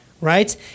right